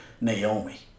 Naomi